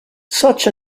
such